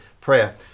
prayer